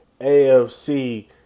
AFC